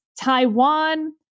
Taiwan